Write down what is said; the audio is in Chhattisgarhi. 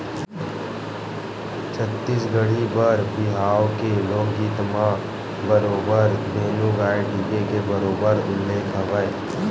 छत्तीसगढ़ी बर बिहाव के लोकगीत म बरोबर धेनु गाय टीके के बरोबर उल्लेख हवय